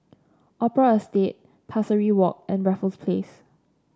Opera Estate Pesari Walk and Raffles Place